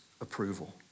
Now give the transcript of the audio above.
approval